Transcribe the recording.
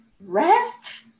Rest